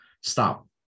stop